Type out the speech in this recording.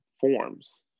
forms